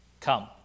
Come